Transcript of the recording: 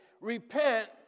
Repent